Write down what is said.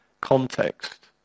context